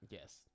Yes